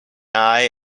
eye